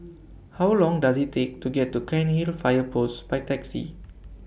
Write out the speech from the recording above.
How Long Does IT Take to get to Cairnhill Fire Post By Taxi